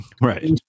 Right